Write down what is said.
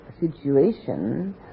situation